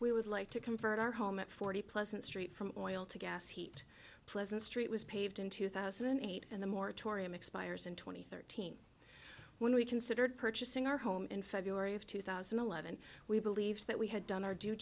we would like to convert our home at forty pleasant street from oil to gas heat pleasant street was paved in two thousand and eight and the moratorium expires in two thousand and thirteen when we considered purchasing our home in february of two thousand and eleven we believed that we had done our due